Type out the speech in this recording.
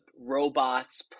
robots